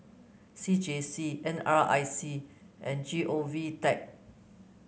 C J C N R I C and G O V Tech